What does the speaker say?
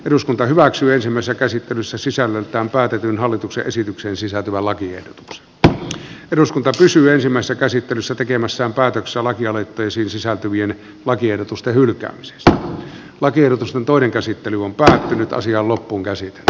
eduskunta hyväksyisimmässä käsittelyssä sisällöltään päätetyn hallituksen esitykseen sisältyvän lakiehdotuksen peruskuntosi syvemmässä käsittelyssä tekemässään päätöksen lakialoitteisiin sisältyvien lakiehdotusten hylkäämisestä lakiehdotus on toinen käsittely on päättynyt asia on loppuunkäsitelty